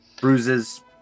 Bruises